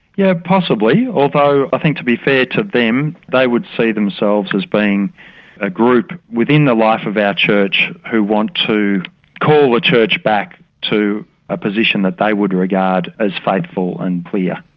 yeah possibly, although i think to be fair to them they would see themselves as being a group within the life of our church who want to call the church back to a position that they would regard as faithful and clear.